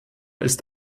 ist